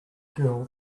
girl